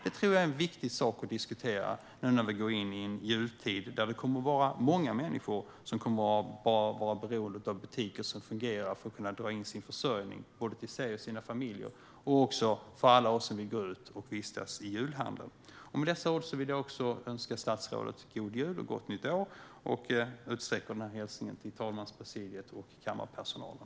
Det är en viktig sak att diskutera när vi går in i en jultid då många människor är beroende av fungerande butiker för att dra in försörjning till sig själva och sina familjer och även för oss som vill gå ut och vistas i julhandeln. Med dessa ord vill jag önska statsrådet god jul och gott nytt år, och jag utsträcker hälsningen till talmanspresidiet och kammarpersonalen.